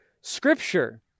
Scripture